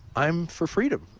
i'm for freedom,